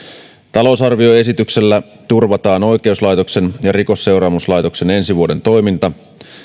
talousarvioesityksellä turvataan oikeuslaitoksen ja rikosseuraamuslaitoksen ensi vuoden toiminta